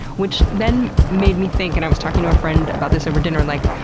which then made me think, and i was talking to a friend about this over dinner like,